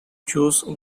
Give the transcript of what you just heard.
juice